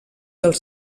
els